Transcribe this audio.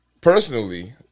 personally